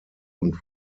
und